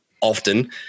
often